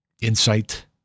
insight